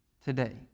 today